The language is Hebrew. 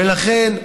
ולכן,